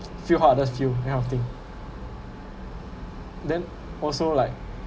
feel how other's feel that kind of thing then also like